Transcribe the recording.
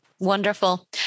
Wonderful